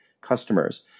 customers